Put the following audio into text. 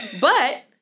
But-